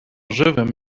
żywym